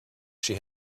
she